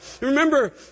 Remember